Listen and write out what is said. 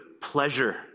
pleasure